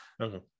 Okay